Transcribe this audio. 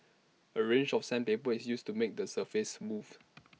A range of sandpaper is used to make the surface smooth